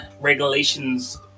regulations